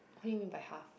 what do you mean by half